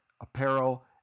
apparel